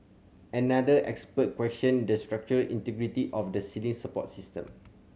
another expert questioned the structural integrity of the ceiling support system